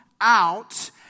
out